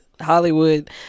hollywood